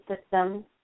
system